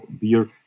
beer